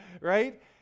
right